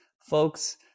folks